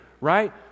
right